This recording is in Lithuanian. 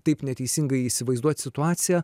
taip neteisingai įsivaizduot situaciją